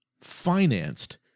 financed